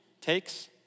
takes